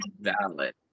valid